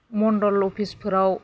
मण्डल अफिसफोराव